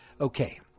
Okay